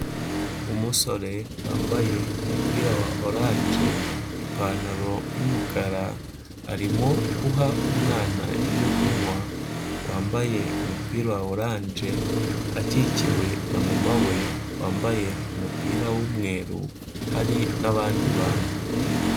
Umusore wambaye umupira wa orange, ipantaro y'umukara, arimo guha umwana ibyo kunywa wambaye umupira wa orange akikiwe na mama we wambaye umupira w'umweru hari n'abandi bantu.